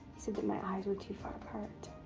my eyes were too far apart.